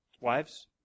wives